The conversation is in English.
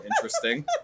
Interesting